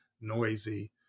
noisy